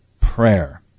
Prayer